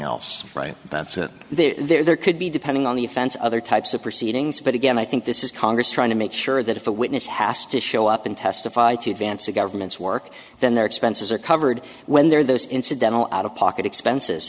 else right that's the there could be depending on the offense other types of proceedings but again i think this is congress trying to make sure that if a witness has to show up and testify to advance the government's work then their expenses are covered when there are those incidental out of pocket expenses